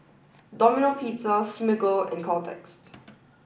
Domino Pizza Smiggle and Caltex